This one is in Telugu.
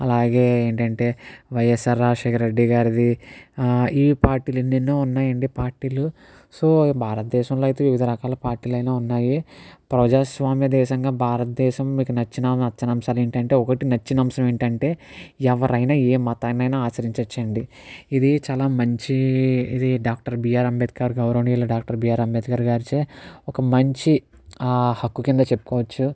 అలాగే ఏంటంటే వైఎస్ఆర్ రాజశేఖర్ రెడ్డి గారిది ఈ పార్టీలు ఎన్నెన్నో ఉన్నాయి అండి పార్టీలు సో భారతదేశంలో అయితే వివిధ రకాల పార్టీలైనా ఉన్నాయి ప్రజాస్వామ్య దేశంగా భారతదేశం మీకు నచ్చిన నచ్చని అంశాలు ఏమిటంటే ఒకటి నచ్చిన అంశం ఏమిటంటే ఎవరైనా ఏ మతాన్ని అయినా ఆచరించ వచ్చండి ఇది చాలా మంచి ఇది డాక్టర్ బీఆర్ అంబేద్కర్ గౌరవనీయులు డాక్టర్ బీఆర్ అంబేద్కర్ గారిచే ఒక మంచి హక్కు కింద చెప్పుకోవచ్చు